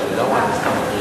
נוספת.